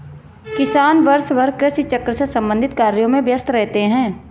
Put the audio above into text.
किसान वर्षभर कृषि चक्र से संबंधित कार्यों में व्यस्त रहते हैं